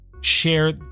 share